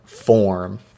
form